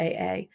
AA